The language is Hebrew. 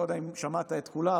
אני לא יודע אם שמעת את כולה,